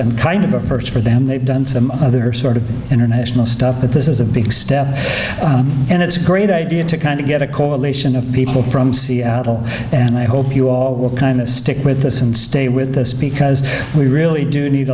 and kind of a first for them they've done some other sort of international stuff but this is a big step and it's a great idea to kind of get a coalition of people from seattle and i hope you all will kind of stick with us and stay with us because we really do need